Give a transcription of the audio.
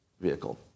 vehicle